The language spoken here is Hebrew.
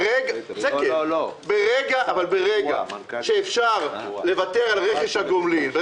אבל ברגע שאפשר לוותר על רכש הגומלין זה